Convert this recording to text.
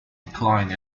declined